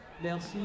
Merci